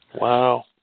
Wow